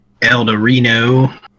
Eldarino